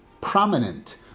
prominent